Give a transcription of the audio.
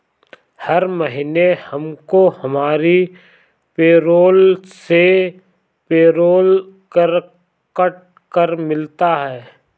हर महीने हमको हमारी पेरोल से पेरोल कर कट कर मिलता है